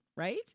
right